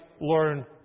learn